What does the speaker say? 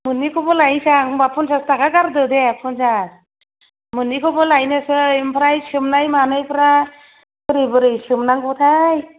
मोननैखौबो लायनोसां होनबा फनसास थाखा गारदो दे फनसास मोननैखौबो लायनोसै ओमफ्राय सोमनाय मानायफ्रा बोरै बोरै सोमनांगौथाय